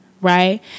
right